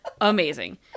Amazing